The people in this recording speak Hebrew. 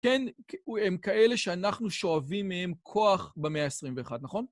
כן, הם כאלה שאנחנו שואבים מהם כוח במאה ה-21. נכון!